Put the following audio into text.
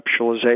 conceptualization